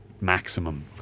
maximum